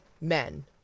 men